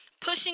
Pushing